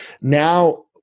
now